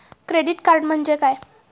Credit card म्हणजे काय?